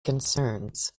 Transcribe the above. concerns